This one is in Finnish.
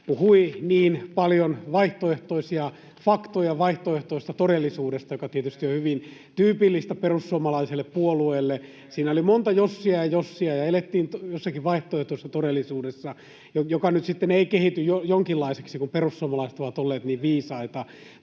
puhui niin paljon vaihtoehtoisia faktoja vaihtoehtoisesta todellisuudesta, mikä tietysti on hyvin tyypillistä perussuomalaiselle puolueelle. [Miko Bergbom: Kuten?] Siinä oli monta jossia ja jossia ja elettiin jossakin vaihtoehtoisessa todellisuudessa, joka nyt sitten ei kehity jonkinlaiseksi, kun perussuomalaiset ovat olleet niin viisaita.